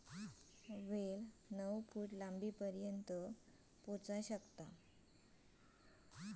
वेल नऊ फूट लांबीपर्यंत पोहोचू शकता